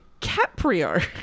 Caprio